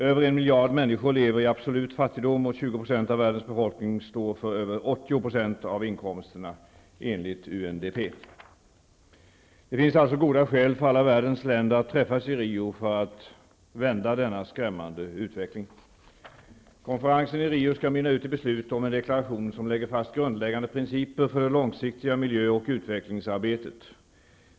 Över en miljard människor lever i absolut fattigdom och 20 % av världens befolkning står för över 80 % av inkomsterna, enligt UNDP. Det finns alltså goda skäl för alla världens länder att träffas i Rio för att vända denna skrämmande utveckling. Konferensen i Rio skall mynna ut i beslut om en deklaration som lägger fast grundläggande principer för det långsiktiga miljö och utvecklingsarbetet.